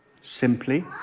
simply